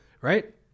Right